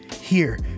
Here